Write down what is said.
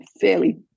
fairly